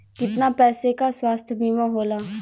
कितना पैसे का स्वास्थ्य बीमा होला?